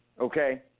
Okay